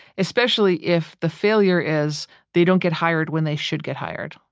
especially if the failure is they don't get hired when they should get hired.